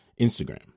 Instagram